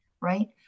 right